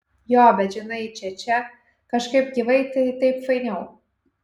jo bet žinai čia čia kažkaip gyvai tai taip fainiau